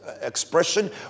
expression